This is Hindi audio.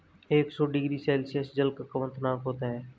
एक सौ डिग्री सेल्सियस जल का क्वथनांक होता है